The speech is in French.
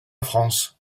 france